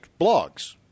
blogs